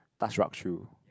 touch rug shoe